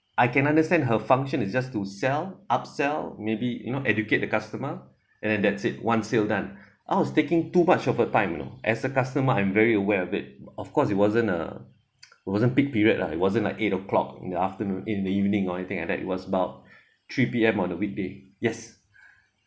I can understand her function is just to sell up sell maybe you know educate the customer and that's it one sale done I was taking too much of her time you know as a customer I'm very aware of it of course it wasn't a wasn't peak period lah it wasn't like eight o'clock in the afternoon in the evening or anything like that it was about three P_M on the weekday yes